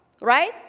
right